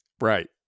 Right